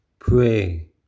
Pray